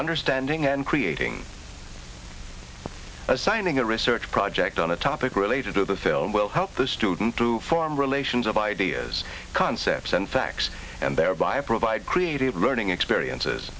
understanding and creating assigning a research project on a topic related to the film will help the student to form relations of ideas concepts and facts and thereby provide creative learning experiences